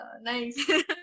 nice